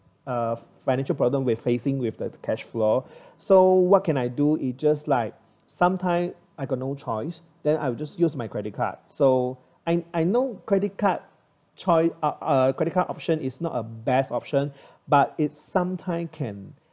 uh financial problem we're facing with the cash flow so what can I do is just like sometime I got no choice then I will just use my credit card so I I know credit card choi~ a a credit card option is not a best option but it's sometimes can